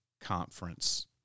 Conference